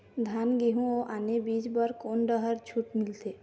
धान गेहूं अऊ आने बीज बर कोन डहर छूट मिलथे?